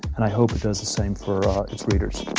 and i hope it does the same for its readers